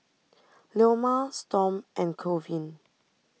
Leoma Storm and Colvin